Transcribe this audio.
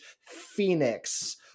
phoenix